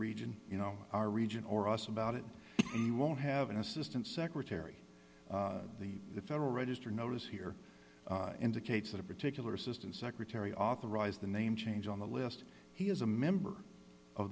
region you know our region or us about it he won't have an assistant secretary the federal register notice here indicates that a particular assistant secretary authorized the name change on the list he is a member o